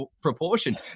proportion